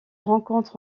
rencontre